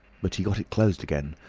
but he got it closed again.